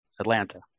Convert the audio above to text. Atlanta